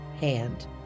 Hand